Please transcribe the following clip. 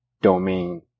domain